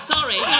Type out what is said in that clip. Sorry